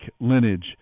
lineage